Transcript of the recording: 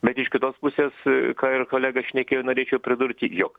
bet iš kitos pusės ką ir kolega šnekėjo norėčiau pridurti jog